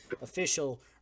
official